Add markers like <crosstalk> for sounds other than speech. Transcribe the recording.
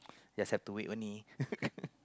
just have to wait only <laughs>